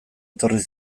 etorri